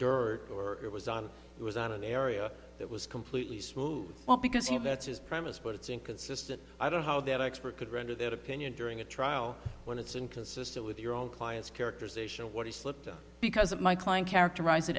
dirt or it was on it was on an area that was completely screwed up because he that's his premise but it's inconsistent i don't how that expert could render that opinion during a trial when it's inconsistent with your own client's characterization of what he slipped up because of my client characterize it